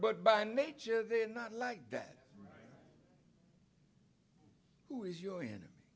but by nature they are not like that who is your enemy